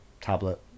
tablet